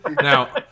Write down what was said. Now